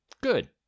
Good